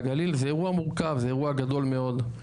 אירוע מורכב, זה אירוע גדול מאוד.